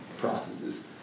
processes